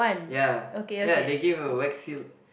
ya ya they gave a wax seal